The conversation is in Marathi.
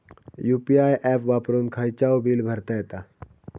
यु.पी.आय ऍप वापरून खायचाव बील भरता येता